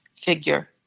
figure